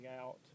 out